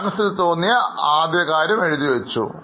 മനസ്സിൽ തോന്നിയ കാര്യം ഞാൻ എഴുതി വെച്ചു